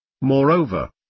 Moreover